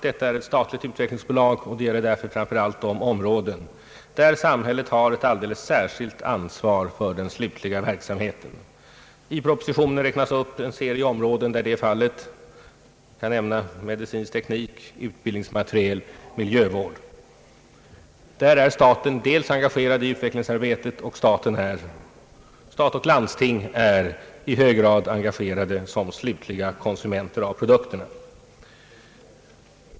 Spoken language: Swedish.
Detta statliga utvecklingsbolags uppgift omfattar framför allt sådana områden där samhället har ett alldeles speciellt ansvar för den slutliga verksamheten. I propositionen räknar vi upp en serie områden, där detta är fallet. Jag kan nämna medicinsk teknik, utbildningsmateriel och miljövård. Där är staten engagerad i utvecklingsarbetet, och dessutom är staten jämte landstingen engagerade såsom slutliga konsumenter av produkterna.